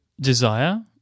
desire